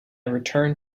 returned